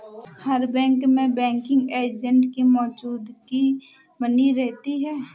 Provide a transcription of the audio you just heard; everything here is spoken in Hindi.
हर बैंक में बैंकिंग एजेंट की मौजूदगी बनी रहती है